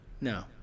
No